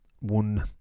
one